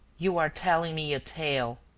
you are telling me a tale.